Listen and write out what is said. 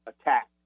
attack